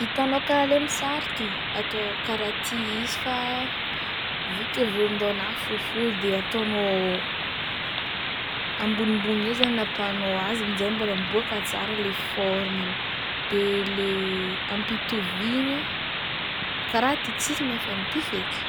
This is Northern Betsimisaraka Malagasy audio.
Hitanao karaha le amy sary ty, atao karaha ty izy, fa vu que volon-dohagnahy fohifohy de ataonao, ambonimbony eo zagny agnapahagnao azy, aminjay mbola miboaka tsara le forme-ny de le ampitovigna karaha ty tsisy mihafa amty feky.